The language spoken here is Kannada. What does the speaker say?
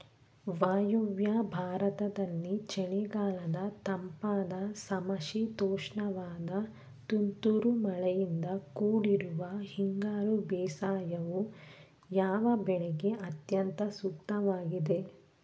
ವಾಯುವ್ಯ ಭಾರತದಲ್ಲಿ ಚಳಿಗಾಲದ ತಂಪಾದ ಸಮಶೀತೋಷ್ಣವಾದ ತುಂತುರು ಮಳೆಯಿಂದ ಕೂಡಿರುವ ಹಿಂಗಾರು ಬೇಸಾಯವು, ಯಾವ ಬೆಳೆಗೆ ಅತ್ಯಂತ ಸೂಕ್ತವಾಗಿದೆ?